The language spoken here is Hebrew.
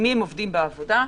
אבל הם מתחלפים בכמות קטנה,